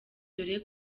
dore